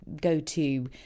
go-to